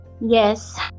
Yes